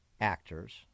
actors